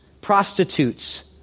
prostitutes